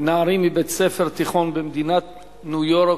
נערים מבית-ספר תיכון במדינת ניו-יורק.